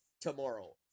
tomorrow